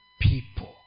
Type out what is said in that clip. people